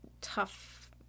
tough